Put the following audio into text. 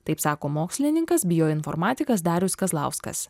taip sako mokslininkas bioinformatikas darius kazlauskas